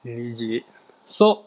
G_G so